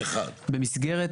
במסגרת